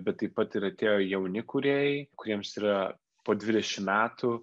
bet taip pat ir atėjo jauni kūrėjai kuriems yra po dvidešim metų